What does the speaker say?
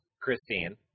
Christine